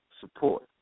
support